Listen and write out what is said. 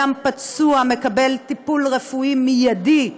אדם פצוע מקבל טיפול רפואי מיידי: